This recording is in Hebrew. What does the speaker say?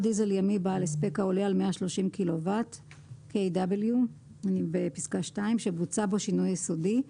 הספק העולה על 130 קילוואט (Kw) שבוצע בו שינוי יסודי,